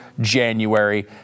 January